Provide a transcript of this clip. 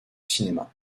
cinéma